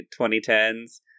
2010s